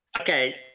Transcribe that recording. okay